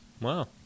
Wow